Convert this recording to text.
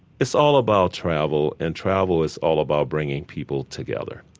it's all about travel and travel is all about bringing people together.